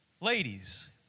Ladies